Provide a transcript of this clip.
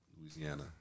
Louisiana